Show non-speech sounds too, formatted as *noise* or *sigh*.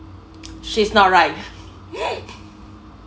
she's not right *laughs*